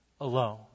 alone